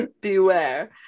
beware